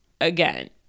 again